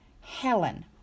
Helen